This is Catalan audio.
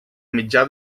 mitjà